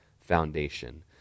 foundation